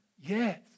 Yes